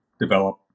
develop